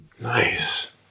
Nice